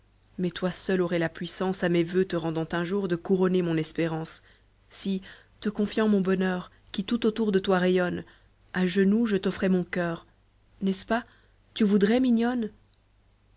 mais toi seule aurais la puissance a mes voeux te rendant un jour de couronner mon espérance si te confiant mon bonheur qui tout autour de toi rayonne a genoux je t'offrais mon coeur n'est-ce pas tu voudrais mignonne